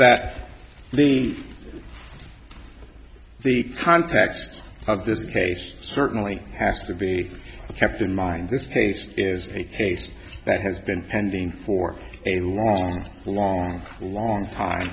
that the context of this case certainly has to be kept in mind this case is a case that has been pending for a long long long time